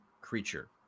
creature